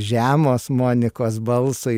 žemos monikos balsui